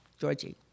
Georgie